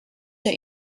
der